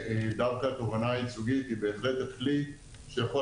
ודווקא התובענה הייצוגית היא בהחלט הכלי שיכול